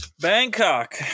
Bangkok